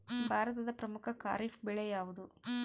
ಭಾರತದ ಪ್ರಮುಖ ಖಾರೇಫ್ ಬೆಳೆ ಯಾವುದು?